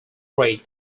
rate